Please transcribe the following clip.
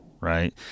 Right